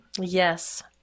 Yes